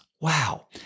Wow